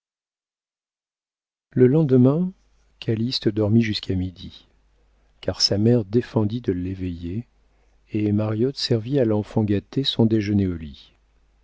le lendemain calyste dormit jusqu'à midi car sa mère défendit de l'éveiller et mariotte servit à l'enfant gâté son déjeuner au lit